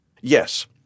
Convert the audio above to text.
Yes